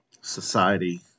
society